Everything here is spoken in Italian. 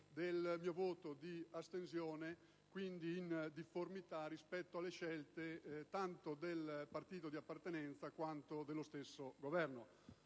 del mio voto di astensione, e quindi in difformità rispetto alle scelte tanto del partito di appartenenza, quanto dello stesso Governo.